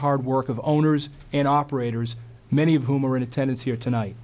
hard work of owners and operators many of whom are in attendance here tonight